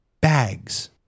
bags